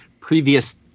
previous